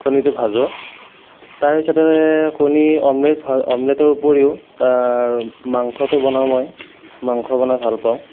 কণীটো ভাজোঁ তাৰপাছতে কণী অমলেট হয় অমলেটৰ উপৰিও আৰু মাংসটো বনাওঁ মই মাংস বনাই ভাল পাওঁ